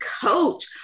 Coach